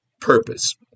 purpose